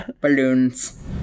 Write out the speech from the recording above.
balloons